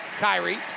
Kyrie